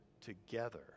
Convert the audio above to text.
together